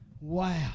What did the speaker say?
Wow